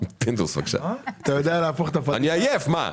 פינדרוס, בבקשה.